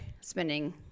spending